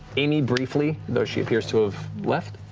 aimee briefly, though she appears to have left.